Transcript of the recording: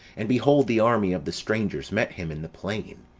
and behold the army of the strangers met him in the plain,